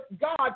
God